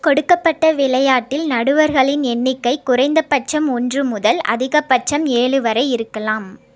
கொடுக்கப்பட்ட விளையாட்டில் நடுவர்களின் எண்ணிக்கை குறைந்தபட்சம் ஒன்று முதல் அதிகபட்சம் ஏழு வரை இருக்கலாம்